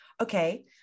okay